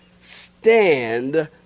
stand